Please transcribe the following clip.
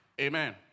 Amen